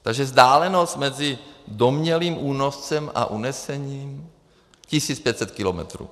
Takže vzdálenost mezi domnělým únoscem a uneseným tisíc pět set kilometrů.